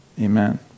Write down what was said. Amen